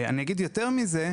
יותר מכך,